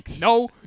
no